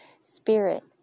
spirit